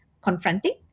confronting